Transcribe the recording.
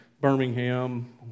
Birmingham